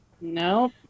No